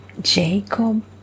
Jacob